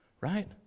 right